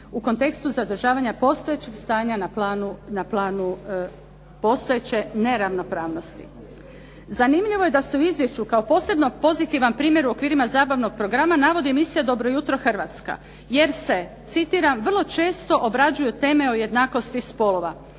u kontekstu zadržavanja postojećeg stanja na planu postojeće neravnopravnosti. Zanimljivo je da se u izvješću kao posebno pozitivan primjer u okvirima zabavnog programa navodi emisija "Dobro jutro Hrvatska", jer se citiram: "vrlo često obrađuju teme o jednakosti spolova".